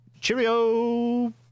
Cheerio